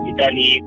Italy